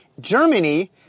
Germany